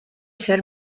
ser